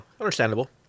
understandable